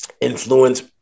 influence